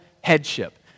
headship